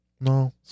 no